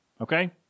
Okay